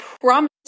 promise